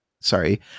sorry